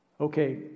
Okay